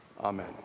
Amen